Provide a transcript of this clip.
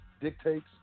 dictates